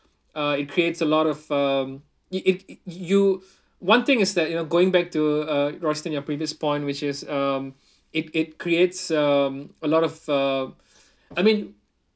uh it creates a lot of um y~ you one thing is that you know going back to uh royston your previous point which is um it it creates um a lot of uh I mean